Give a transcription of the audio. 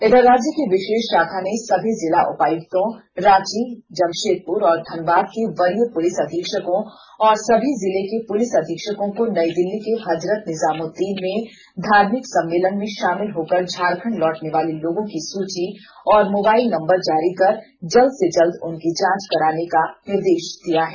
इधर राज्य की विषेष षाखा ने सभी जिला उपायुक्तों रांची जमषेदपुर और धनबाद के वरीय पुलिस अधीक्षकों और सभी जिले के पुलिस अधीक्षकों को नई दिल्ली के हजरत निजामुदीन में धार्मिक सम्मेलन में षामिल होकर झारखण्ड लौटने वाले लोगों की सूची और मोबाईल नंबर जारी कर जल्द से जल्द उनकी जांच कराने का निर्देष दिया है